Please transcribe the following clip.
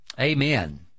Amen